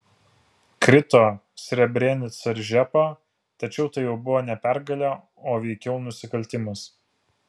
krito srebrenica ir žepa tačiau tai jau buvo ne pergalė o veikiau nusikaltimas